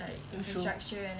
that's true